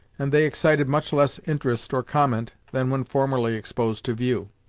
and they excited much less interest or comment than when formerly exposed to view.